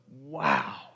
wow